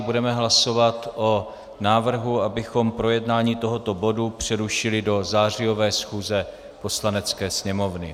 Budeme hlasovat o návrhu, abychom projednání tohoto bodu přerušili do zářijové schůze Poslanecké sněmovny.